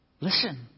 listen